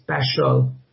special